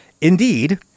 Indeed